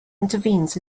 intervenes